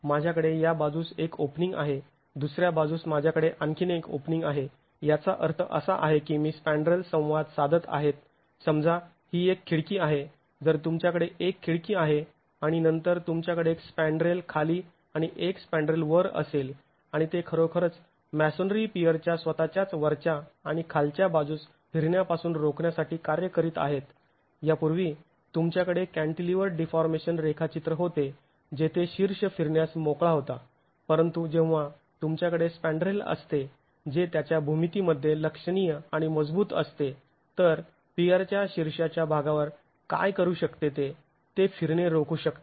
माझ्याकडे या बाजूस एक ओपनिंग आहे दुसऱ्या बाजूस माझ्याकडे आणखी एक ओपनिंग आहे याचा अर्थ असा आहे की स्पॅंड्रेल संवाद साधत आहेत समजा ही एक खिडकी आहे जर तुमच्याकडे एक खिडकी आहे आणि नंतर तुमच्याकडे एक स्पॅंड्रेल खाली आणि एक स्पॅंड्रेल वर असेल आणि ते खरोखरच मॅसोनरी पियर च्या स्वतःच्याच वरच्या आणि खालच्या बाजूस फिरण्यापासून रोखण्यासाठी कार्य करीत आहेत यापूर्वी तुमच्याकडे कॅंटिलिवर्ड डीफॉर्मेशन रेखाचित्र होते जेथे शीर्ष फिरण्यास मोकळा होता परंतु जेव्हा तुमच्याकडे स्पॅंड्रेल असते जे त्याच्या भूमितीमध्ये लक्षणीय आणि मजबूत असते तर पियरच्या शीर्षाच्या भागावर काय करू शकते ते ते फिरणे रोखू शकते